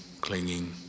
clinging